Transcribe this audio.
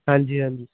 ਹਾਂਜੀ ਹਾਂਜੀ